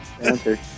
answer